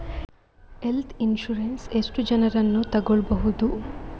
Health insurance ಎಷ್ಟು ಜನರನ್ನು ತಗೊಳ್ಬಹುದು?